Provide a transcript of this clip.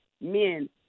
men